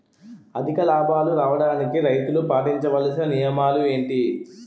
అధిక లాభాలు రావడానికి రైతులు పాటించవలిసిన నియమాలు ఏంటి